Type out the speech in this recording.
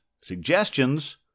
suggestions